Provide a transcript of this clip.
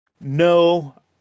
no